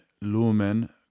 lumen